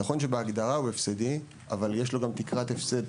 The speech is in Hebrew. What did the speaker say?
נכון שבהגדרה הוא הפסדי אבל יש לו גם תקרת הפסד